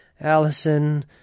Allison